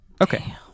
okay